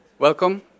Welcome